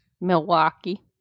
Milwaukee